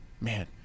Man